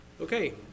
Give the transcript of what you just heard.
Okay